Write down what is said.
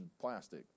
plastic